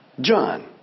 John